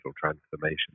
transformation